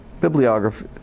bibliography